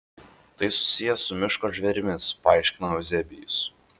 tai susiję su miško žvėrimis paaiškino euzebijus